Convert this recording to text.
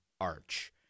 arch